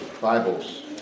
Bibles